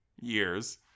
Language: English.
years